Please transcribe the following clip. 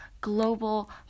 global